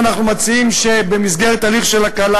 לכן אנחנו מציעים שבמסגרת הליך של הקלה